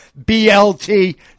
BLT